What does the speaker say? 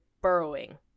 burrowing